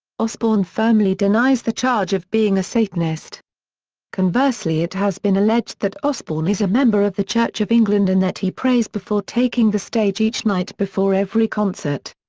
osbourne firmly denies the charge of being a satanist conversely it has been alleged that osbourne is a member of the church of england and that he prays before taking the stage each night before every concert.